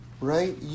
Right